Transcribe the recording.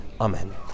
amen